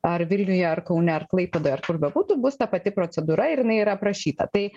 ar vilniuje ar kaune ar klaipėdoje ar kur bebūtų bus ta pati procedūra ir jinai yra aprašyta tai